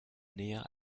näher